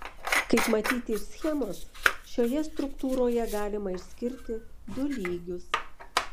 kaip matyti iš schemos šioje struktūroje galima išskirti du lygius